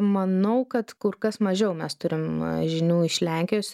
manau kad kur kas mažiau mes turim žinių iš lenkijos